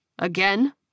Again